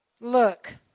Look